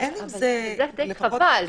זה חבל,